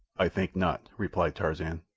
i think not, replied tarzan.